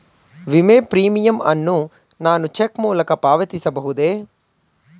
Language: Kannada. ವಿಮೆ ಪ್ರೀಮಿಯಂ ಅನ್ನು ನಾನು ಚೆಕ್ ಮೂಲಕ ಪಾವತಿಸಬಹುದೇ?